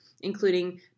including